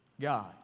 God